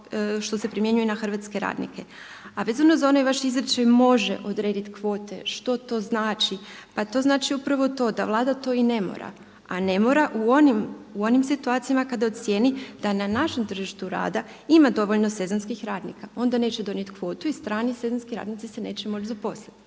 što se primjenjuje na hrvatske radnike. A vezano za onaj vaš izričaj može odrediti kvote što to znači? Pa to znači upravo to da Vlada to i ne mora, a ne mora u onim situacijama kada ocijeni da na našem tržištu rada ima dovoljno sezonskih radnika, onda neće donijeti kvotu i strani sezonski radnici se neće moći zaposliti.